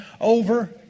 over